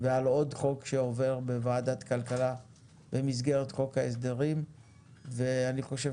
ועל עוד חוק שעובר בוועדת כלכלה במסגרת חוק ההסדרים ואני חושב